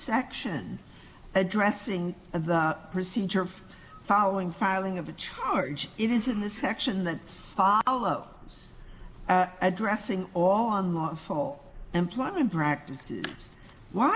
section addressing of the procedure for following filing of a charge it is in the section that follow addressing all on the whole employment practices why